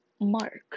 mark